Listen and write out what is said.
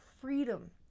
freedom